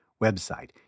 website